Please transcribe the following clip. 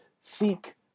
seek